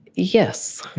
yes.